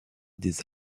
des